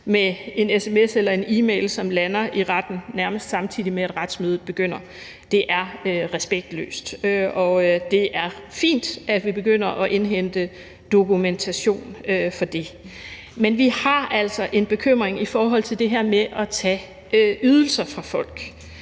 med en sms eller en e-mail, som lander i retten, nærmest samtidig med at retsmødet begynder – det er respektløst. Og det er fint, at vi begynder at indhente dokumentation for det. Men vi har altså en bekymring i forhold til det her med at tage ydelser fra folk,